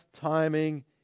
timing